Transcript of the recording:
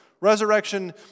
Resurrection